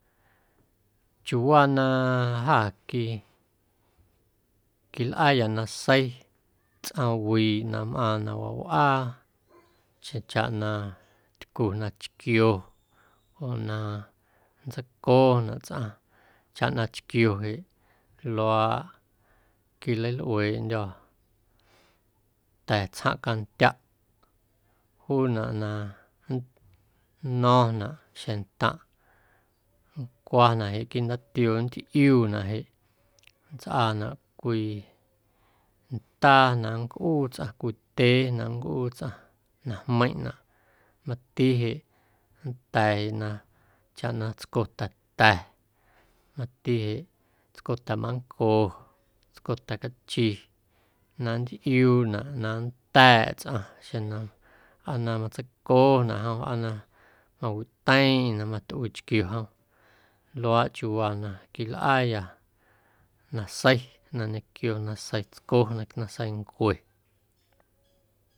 Chiuuwaa na jâ qui quilꞌaayâ nasei tsꞌaⁿwiiꞌ na mꞌaaⁿ na mawawꞌaa xjeⁿchaꞌna tycu na chquio oo na nntseiconaꞌ tsꞌaⁿ chaꞌ na chquio jeꞌ luaaꞌ quilalꞌueeꞌndyô̱ ta̱tsjaⁿꞌ candyaꞌ juunaꞌ na nno̱ⁿnaꞌ xjeⁿntaⁿꞌ nncwanaꞌ jeꞌ quiiꞌ ndaatioo nntꞌiuunaꞌ jeꞌ nntsꞌaanaꞌ cwii ndaa na nncꞌuu tsꞌaⁿ cwii te na nncꞌuu tsꞌaⁿ na jmeiⁿꞌnaꞌ, mati jeꞌ nnda̱a̱ jeꞌ na chaꞌ na tsco ta̱ta̱ mati jeꞌ tsco ta̱manco, tsco ta̱cachi na nntꞌiuunaꞌ na nnda̱a̱ꞌ tsꞌaⁿ xeⁿ na aa matseiconaꞌ jom aa na mawiꞌteeiⁿꞌ na matꞌuii chquio jom luaaꞌ chiuuwaa na quilꞌaayâ nasei na ñequio nasei tsco naseincue.